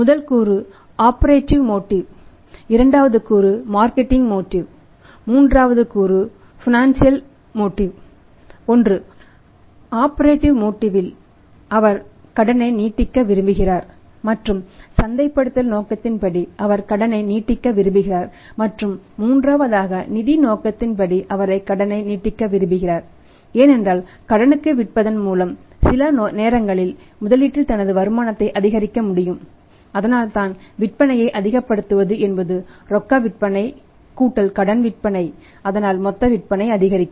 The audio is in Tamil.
முதல் கூறு ஆபரேடிவ் மோட்டிவ் இன் அவர் கடனை நீட்டிக்க விரும்புகிறார் மற்றும் சந்தைப்படுத்துதல் நோக்கத்தின்படி அவர் கடனை நீட்டிக்க விரும்புகிறார் மற்றும் மூன்றாவதாக நிதி நோக்கத்தின்படி அவர் கடனை நீட்டிக்க விரும்புகிறார் ஏனென்றால் கடனுக்கு விற்பதன் மூலம் சில நேரங்களில் முதலீட்டில் தனது வருமானத்தை அதிகரிக்க முடியும் அதனால்தான் விற்பனையை அதிகப்படுத்துவது என்பது ரொக்க விற்பனை கடன் விற்பனை அதனால் மொத்த விற்பனை அதிகரிக்கும்